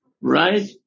Right